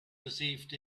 perceived